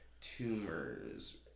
tumors